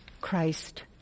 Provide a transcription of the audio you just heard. Christ